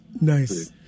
Nice